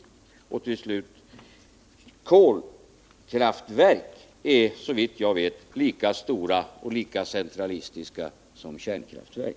Till slut: Kolkraftverk är, såvitt jag vet, lika stora och lika centralistiska som kärnkraftverk.